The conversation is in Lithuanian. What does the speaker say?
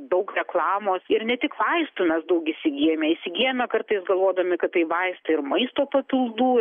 daug reklamos ir ne tik vaistų mes daug įsigyjame įsigyjame kartais galvodami kad tai vaistai ir maisto papildų